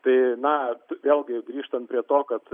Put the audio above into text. tai na vėlgi grįžtant prie to kad